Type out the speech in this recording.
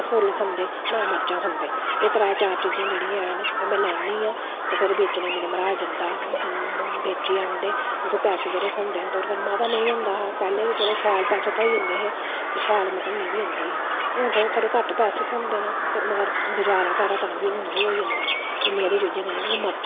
खंदे ना मर्चां खंदे ते एह् त्रै चार चीज़ां हैन ओह् में लानी आं ते सर बेचने ई मेरा मरहाज जंदा ते ओह् बेची औंदे ते उत्थां जेह्ड़े पैसे थ्होंदे न ते मता नेईं होंदा ते चलो पैह्लें शैल पैसा थ्होई जंदा ते शैल निभी जंदी ही ते चलो ते पैसे थ्होंदे न ते गुजारा साढ़े पैसा ताहीं बी थ्होई जंदे न इन्नी हारी मर्चां